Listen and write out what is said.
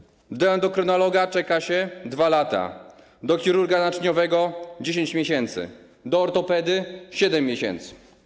W kolejce do endokrynologa czeka się 2 lata, do chirurga naczyniowego - 10 miesięcy, do ortopedy - 7 miesięcy.